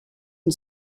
and